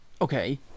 Okay